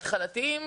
ההתחלתיים.